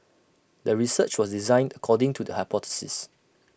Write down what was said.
the research was designed according to the hypothesis